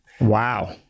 Wow